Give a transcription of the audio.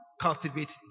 cultivate